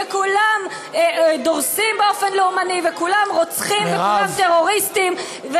וכולם דורסים באופן לאומני וכולם רוצחים וכולם טרוריסטים,